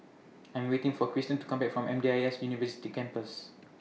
I'm waiting For Kristen to Come Back from M D I S University Campus